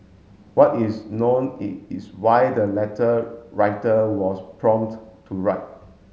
what is known is why the letter writer was prompt to write